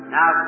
Now